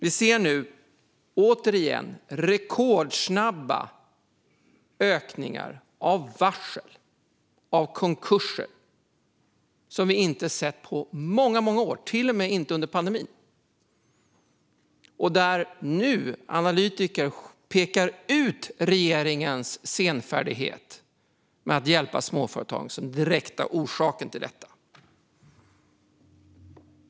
Vi ser nu återigen rekordsnabba ökningar av varsel och konkurser på en nivå som vi inte sett på många år, inte ens under pandemin. Analytiker pekar nu ut regeringens senfärdighet med att hjälpa småföretag som den direkta orsaken till detta.